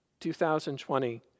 2020